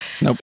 Nope